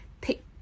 pick